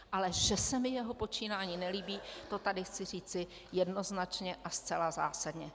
Ale že se mi jeho počínání nelíbí, to tady chci říci jednoznačně a zcela zásadně.